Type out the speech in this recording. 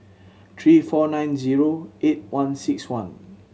three four nine zero eight one six one